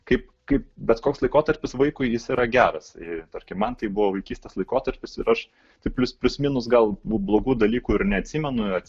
kaip kaip bet koks laikotarpis vaikui jis yra geras ir tarkim man tai buvo vaikystės laikotarpis ir aš taip plius plius minus gal blogų dalykų ir neatsimenu